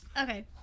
Okay